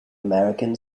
american